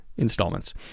Installments